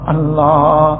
Allah